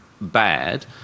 bad